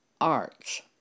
Arts